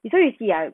so you see ah